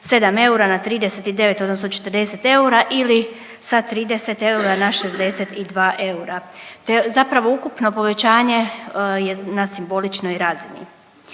27 eura na 39 odnosno 40 eura ili sa 30 eura na 62 eura te zapravo ukupno povećanje je na simboličnoj razini.